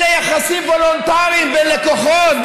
אלה יחסים וולונטריים בין לקוחות,